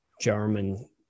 German